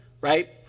right